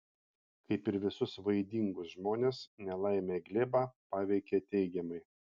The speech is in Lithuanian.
kaip ir visus vaidingus žmones nelaimė glėbą paveikė teigiamai